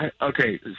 Okay